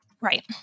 Right